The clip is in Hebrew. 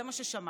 זה מה ששמעתם.